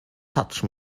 touch